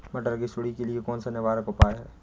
मटर की सुंडी के लिए कौन सा निवारक उपाय है?